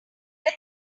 riot